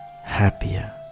happier